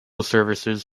services